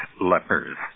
lepers